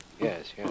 Yes